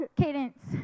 Cadence